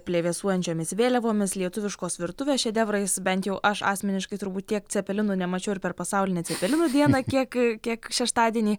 plevėsuojančiomis vėliavomis lietuviškos virtuvės šedevrais bent jau aš asmeniškai turbūt tiek cepelinų nemačiau ir per pasaulinę cepelinų dieną kiek kiek šeštadienį